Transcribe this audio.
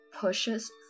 pushes